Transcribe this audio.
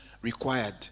required